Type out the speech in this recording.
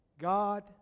God